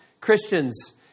Christians